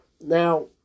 Now